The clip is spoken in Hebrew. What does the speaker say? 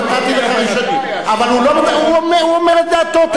אבל הוא אומר את דעתו.